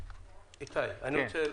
איתי עצמון,